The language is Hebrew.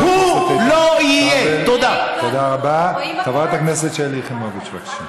תודה רבה לחבר הכנסת איתן כבל.